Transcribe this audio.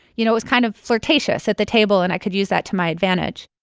you know, it was kind of flirtatious at the table, and i could use that to my advantage